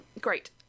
Great